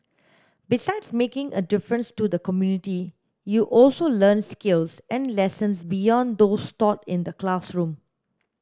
besides making a difference to the community you also learn skills and lessons beyond those taught in the classroom